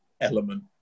element